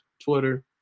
Twitter